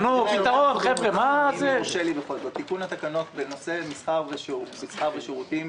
בנושא מסחר ושירותים.